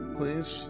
please